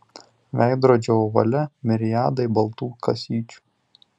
veidrodžio ovale miriadai baltų kasyčių